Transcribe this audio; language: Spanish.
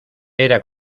era